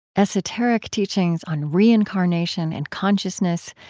esoteric teachings on reincarnation and consciousness,